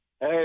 Hey